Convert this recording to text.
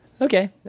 Okay